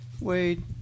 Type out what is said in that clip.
Wade